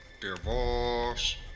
Divorce